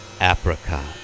Apricot